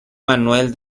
manuel